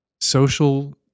social